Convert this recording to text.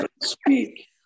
speak